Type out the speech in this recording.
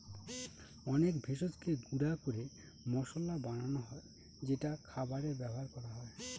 অনেক ভেষজকে গুঁড়া করে মসলা বানানো হয় যেটা খাবারে ব্যবহার করা হয়